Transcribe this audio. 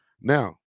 Now